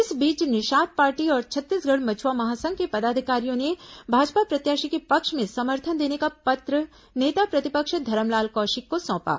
इस बीच निषाद पार्टी और छत्तीसगढ़ मछ्आ महासंघ के पदाधिकारियों ने भाजपा प्रत्याशी के पक्ष में समर्थन देने का पत्र नेता प्रतिपक्ष धरमलाल कौशिक को सौंपा